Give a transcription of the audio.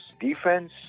defense